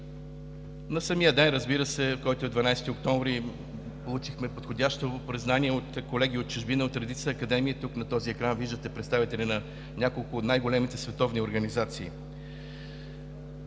На самия ден, разбира се, който е 12 октомври, получихме подходящо признание от колеги от чужбина от редица академии – тук на този екран виждате представители на няколко от най големите световни организации.